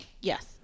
Yes